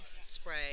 spray